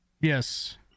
yes